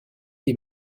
des